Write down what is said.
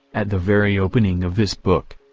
at the very opening of this book.